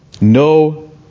no